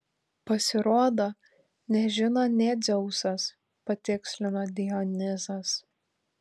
pasirodo nežino nė dzeusas patikslino dionizas